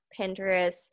Pinterest